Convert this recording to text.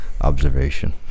observation